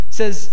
says